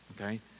okay